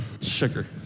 sugar